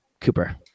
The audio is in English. Cooper